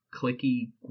clicky